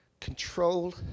Control